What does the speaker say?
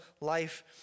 life